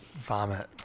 Vomit